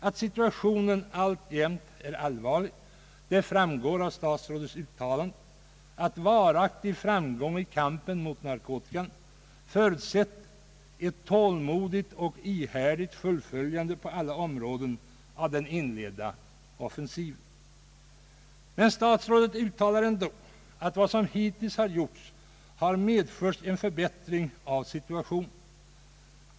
Att situationen alltjämt är allvarlig framgår av statsrådets uttalande: »Varaktig framgång i kampen mot narkotikan förutsätter ett tålmodigt och ihärdigt fullföljande på alla områden av den inledda offensiven.» Men statsrådet uttalar ändå att »vad som hittills har gjorts har medfört en förbättring av situationen».